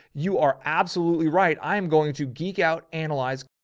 you are absolutely right. i am going to geek out, analyze.